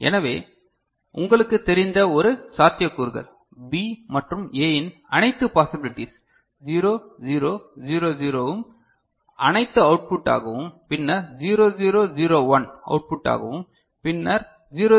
எனவே உங்களுக்குத் தெரிந்த ஒரு சாத்தியக்கூறுகள் B மற்றும் Aஇன் அனைத்து பாசிபிளிடிஸ் 0 0 0 0 ம் அனைத்து அவுட்புட்டாகவும் பின்னர் 0 0 0 1 அவுட்புட்டாகவும் பின்னர் 0 0 1 0 0 0 1 1